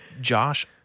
Josh